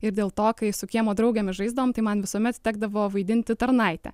ir dėl to kai su kiemo draugėmis žaisdavom tai man visuomet tekdavo vaidinti tarnaitę